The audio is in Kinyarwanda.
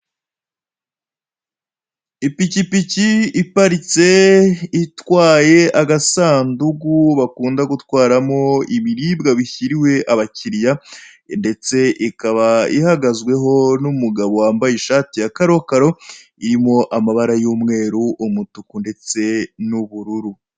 Ipikipiki iparitse itwaye agasanduku bakunda gutwaramo ibiribwa bishyiriwe abakiriya, ndetse ikaba ihagazweho n'umugabo wambaye ishati ya karokaro irimo amabara y'umweru, umutuku ndetse n'ubururu.